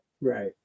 right